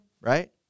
right